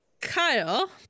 Kyle